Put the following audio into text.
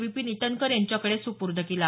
विपिन इटनकर यांच्याकडे सुपूर्द केला